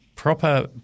proper